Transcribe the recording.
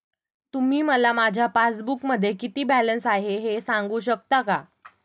तुम्ही मला माझ्या पासबूकमध्ये किती बॅलन्स आहे हे सांगू शकता का?